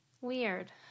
Weird